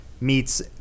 meets